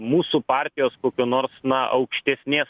mūsų partijos kokio nors na aukštesnės